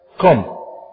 Come